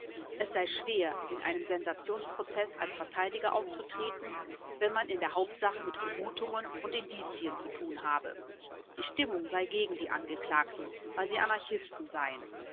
es sei schwer in einem sensationsprozeß als verteidiger aufzutreten wenn man in der hauptsache mit vermutungen und indizien zu tun habe die stimmung sei gegen die angeklagten weil sie anarchisten seien